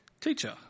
Teacher